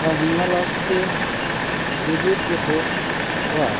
आरो हमना ला सासे ग्रेजुवेट गथ'आ